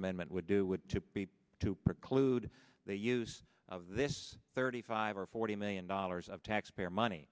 amendment would do would be to preclude the use of this thirty five or forty million dollars of taxpayer money